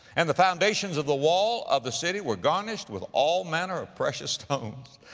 and the foundations of the wall of the city were garnished with all manner of precious stones.